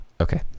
Okay